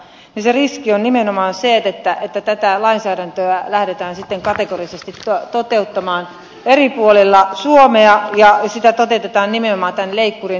se riski on nimenomaan se että tätä lainsäädäntöä lähdetään sitten kategorisesti toteuttamaan eri puolilla suomea ja sitä toteutetaan nimenomaan tämän leikkurin avulla